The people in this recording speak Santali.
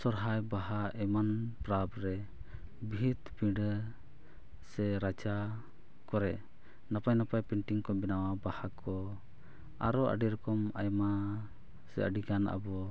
ᱥᱚᱨᱦᱟᱭ ᱵᱟᱦᱟ ᱮᱢᱟᱱ ᱯᱟᱨᱟᱵᱽᱨᱮ ᱵᱷᱤᱛ ᱯᱤᱸᱰᱟᱹ ᱥᱮ ᱨᱟᱪᱟ ᱠᱚᱨᱮ ᱱᱟᱯᱟᱭ ᱱᱟᱯᱟᱭ ᱠᱚ ᱵᱮᱱᱟᱣᱟ ᱵᱟᱦᱟ ᱠᱚ ᱟᱨᱚ ᱟᱹᱰᱤ ᱨᱚᱠᱚᱢ ᱟᱭᱢᱟ ᱥᱮ ᱟᱹᱰᱤᱜᱟᱱ ᱟᱵᱚ